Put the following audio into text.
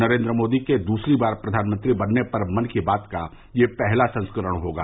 नरेन्द्र मोदी के दूसरी बार प्रधानमंत्री बनने पर मन की बात का यह पहला संस्करण होगा